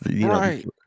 right